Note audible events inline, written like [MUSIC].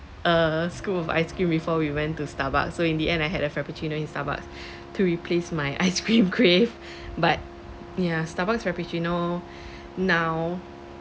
a scoop of ice cream before we went to Starbucks so in the end I had a frappuccino in Starbucks to replace my [LAUGHS] ice cream crave [BREATH] but ya Starbucks frappuccino [BREATH] now